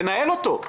לנהל אותו,